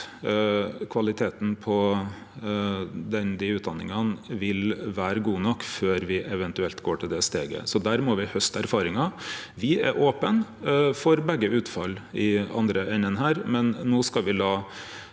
at kvaliteten på dei utdanningane vil vere god nok før me eventuelt går til det steget. Så der må me hauste erfaringar. Me er opne for begge utfalla i den andre enden her, men no skal me la